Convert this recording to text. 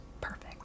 perfect